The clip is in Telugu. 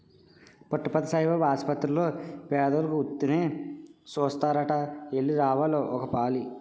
పుట్టపర్తి సాయిబాబు ఆసపత్తిర్లో పేదోలికి ఉత్తినే సూస్తారట ఎల్లి రావాలి ఒకపాలి